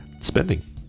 spending